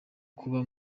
kuba